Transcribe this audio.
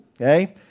okay